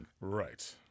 Right